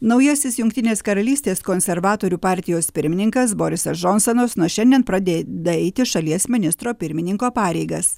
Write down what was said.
naujasis jungtinės karalystės konservatorių partijos pirmininkas borisas džonsonas nuo šiandien pradeda eiti šalies ministro pirmininko pareigas